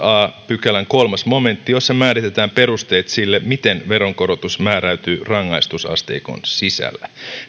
a pykälän kolmas momentti jossa määritetään perusteet sille miten veronkorotus määräytyy rangaistusasteikon sisällä